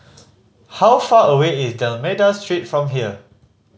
how far away is D'Almeida Street from here